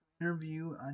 interview